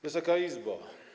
Wysoka Izbo!